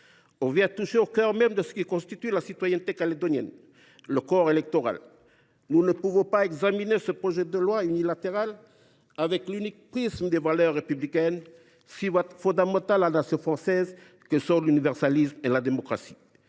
On vient toucher au cœur même de ce qui constitue la citoyenneté calédonienne : le corps électoral. Nous ne pouvons pas examiner ce projet de loi unilatéral sous l’unique prisme des valeurs républicaines si fondamentales pour la Nation française que sont l’universalisme et la démocratie.